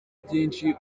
byinshi